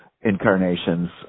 incarnations